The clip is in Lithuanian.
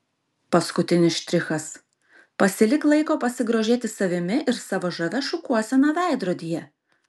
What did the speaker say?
paskutinis štrichas pasilik laiko pasigrožėti savimi ir savo žavia šukuosena veidrodyje